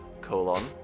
colon